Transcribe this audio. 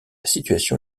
situation